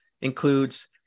includes